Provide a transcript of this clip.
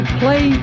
play